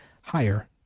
higher